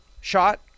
shot